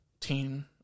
teen